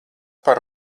par